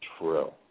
true